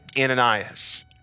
Ananias